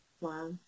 Wow